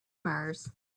mars